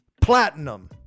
platinum